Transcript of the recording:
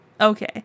Okay